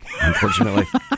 unfortunately